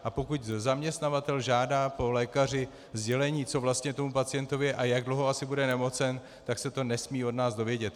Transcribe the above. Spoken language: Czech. A pokud zaměstnavatel žádá po lékaři sdělení, co vlastně tomu pacientovi je a jak dlouho asi bude nemocen, tak se to nesmí od nás dovědět.